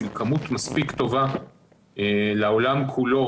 בשביל כמות טובה מספיק לעולם כולו,